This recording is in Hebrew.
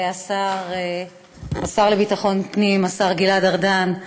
והשר לביטחון פנים, השר גלעד ארדן.